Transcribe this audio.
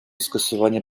скасування